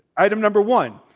item number one,